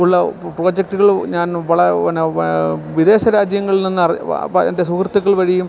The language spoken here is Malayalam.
ഉള്ള പ്രോജക്റ്റ്കള് ഞാൻ വള പിന്നെ വിദേശരാജ്യങ്ങളിൽ നിന്ന് എൻ്റെ സുഹൃത്ത്ക്കൾ വഴിയും